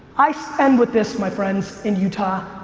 i end with this my friends in utah,